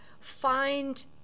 find